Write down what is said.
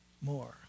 more